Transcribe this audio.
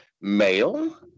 male